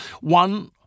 One